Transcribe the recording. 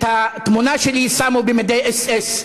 את התמונה שלי שמו במדי אס.אס.